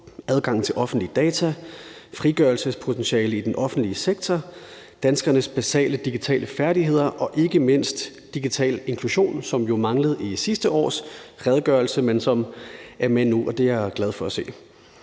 adgangen til offentlige data, frigørelsespotentiale i den offentlige sektor, danskernes basale digitale færdigheder og ikke mindst digital inklusion, som jo manglede i sidste års redegørelse, men som er med nu, og det er jeg glad for at se.